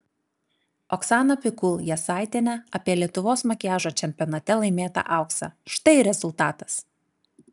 oksana pikul jasaitienė apie lietuvos makiažo čempionate laimėtą auksą štai ir rezultatas